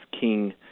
king